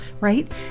right